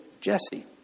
Jesse